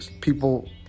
people